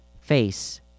face